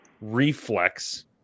reflex